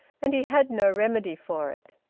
and he had no remedy for it.